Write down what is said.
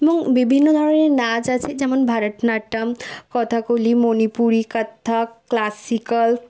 এবং বিভিন্ন ধরনের নাচ আছে যেমন ভারতনাট্যম কথাকলি মণিপুরী কত্থক ক্লাসিক্যাল